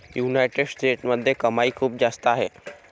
United स्टेट्समध्ये कमाई खूप जास्त आहे